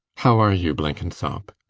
how are you, blenkinsop?